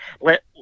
let